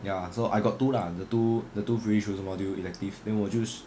ya so I got two lah the two the two freely choose module elective then 我 choose